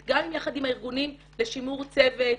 גם ביחד עם הארגונים לשימור צוות,